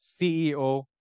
CEO